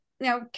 now